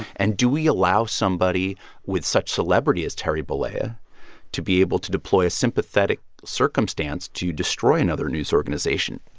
and do we allow somebody with such celebrity as terry bollea ah to be able to deploy a sympathetic circumstance to destroy another news organization?